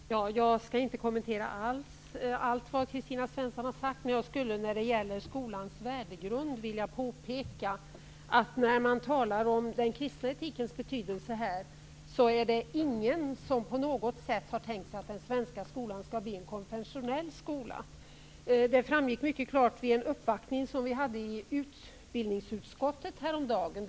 Fru talman! Jag skall inte kommentera allt vad Kristina Svensson sade, men jag skulle när det gäller skolans värdegrund vilja påpeka följande. När man talar om den kristna etikens betydelse här är det ingen som på något sätt har tänkt sig att den svenska skolan skall bli en konfessionell skola. Det framgick mycket klart vid en uppvaktning i utbildningsutskottet häromdagen.